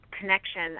connection